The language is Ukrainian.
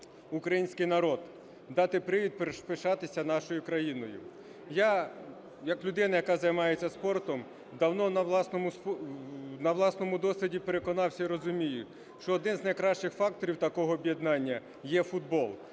український народ, дати привід пишатися нашою країною. Я як людина, яка займається спортом, давно на власному досвіді переконався і розумію, що один з найкращих факторів такого об'єднання є футбол.